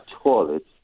toilets